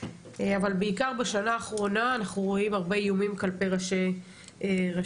אבל בעיקר בשנה האחרונה אנחנו רואים הרבה איומים כלפי ראשי רשויות.